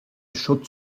shots